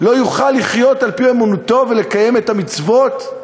לא יוכל לחיות על-פי אמונתו ולקיים את המצוות.